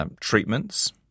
treatments